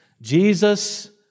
Jesus